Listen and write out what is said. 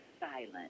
silent